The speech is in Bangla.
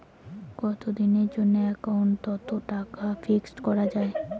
কতদিনের জন্যে একাউন্ট ওত টাকা ফিক্সড করা যায়?